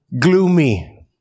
gloomy